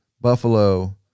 Buffalo